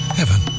heaven